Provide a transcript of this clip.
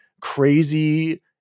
crazy